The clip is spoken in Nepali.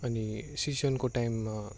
अनि सिजनको टाइममा